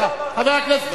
הוא כל הזמן צועק.